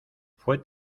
fue